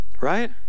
right